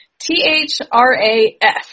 T-H-R-A-F